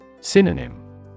Synonym